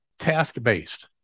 task-based